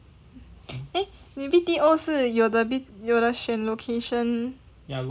eh 你 B_T_O 是有的有的选 location